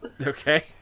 Okay